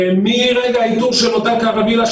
מרגע האיתור של אותה קרווילה,